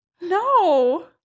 No